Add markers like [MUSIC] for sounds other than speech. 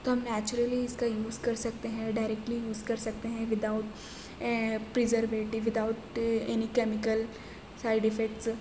تو ہم نیچرلی اس کا یوز کرسکتے ہیں ڈائیریکٹلی یوز کرسکتے ہیں وداؤٹ [UNINTELLIGIBLE]